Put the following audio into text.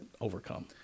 overcome